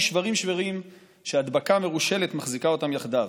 שברים-שברים שהדבקה מרושלת מחזיקה אותם יחדיו.